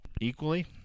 equally